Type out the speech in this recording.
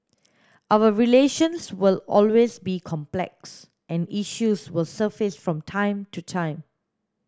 our relations will always be complex and issues will surface from time to time